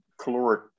caloric